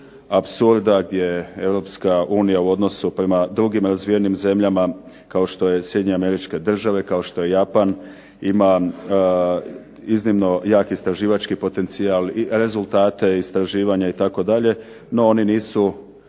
apsurda gdje EU u odnosu prema drugim razvijenim zemljama kao što je SAD kao što je Japan ima iznimno jak istraživački potencijal i rezultate istraživanja itd. no oni nisu